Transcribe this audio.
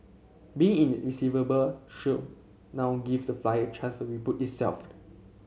being in the receiver shop now give the flyer a chance to reboot itself